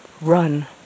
run